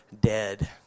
dead